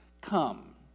come